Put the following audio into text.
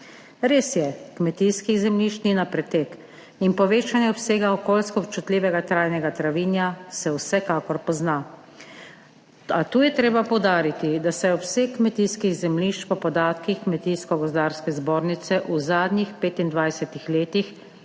Res je, kmetijskih zemljišč ni na pretek in povečanje obsega okoljsko občutljivega trajnega travinja se vsekakor pozna, a tu je treba poudariti, da se je obseg kmetijskih zemljišč po podatkih Kmetijsko-gozdarske zbornice v zadnjih 25. letih